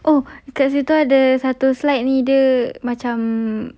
oh kat situ ada satu slide ni dia macam